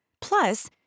Plus